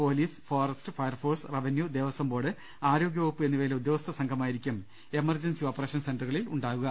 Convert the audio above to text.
പൊലീ സ് forest fire force revenue Devaswom ബോർഡ്ആരോഗ്യവകുപ്പ് എന്നിവയിലെഉദ്യോഗസ്ഥ സംഘമായിരിക്കും എമർജൻസി ഓപ്പറേഷൻ സെന്ററു കളിൽ ഉണ്ടാവുക